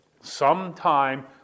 sometime